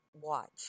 watch